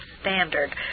standard